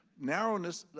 narrowness,